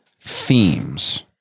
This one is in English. Themes